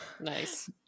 Nice